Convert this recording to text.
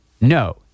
No